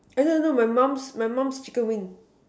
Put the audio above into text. I know I know my mum's my mum's chicken wing